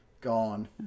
Gone